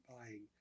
buying